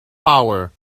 power